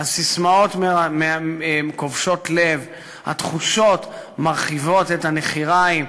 הססמאות כובשות לב והתחושות מרחיבות את הנחיריים.